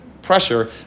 pressure